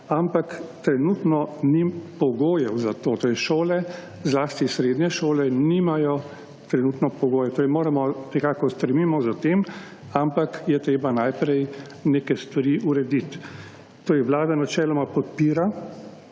ampak trenutno ni pogojev za to. Torej šole, zlasti srednje šole nimajo trenutno pogojev. Torej moramo, nekako stremimo za tem, ampak je treba najprej neke stvari urediti. Torej, vlada načeloma podpira